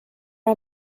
are